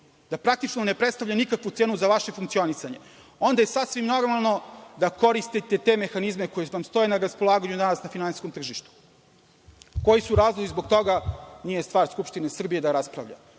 da praktično ne predstavlja nikakvu cenu za vaše funkcionisanje, onda je sasvim normalno da koristite te mehanizma koji vam stoje na raspolaganju danas na finansijskom tržištu. Koji su razlozi zbog toga, nije stvar Skupštine Srbije da raspravlja.